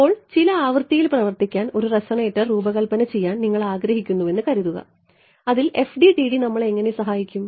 ഇപ്പോൾ ചില ആവൃത്തിയിൽ പ്രവർത്തിക്കാൻ ഒരു റെസൊണേറ്റർ രൂപകൽപ്പന ചെയ്യാൻ നിങ്ങൾ ആഗ്രഹിക്കുന്നുവെന്ന് കരുതുക അതിൽ FDTD നമ്മളെ എങ്ങനെ സഹായിക്കും